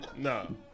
No